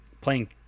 playing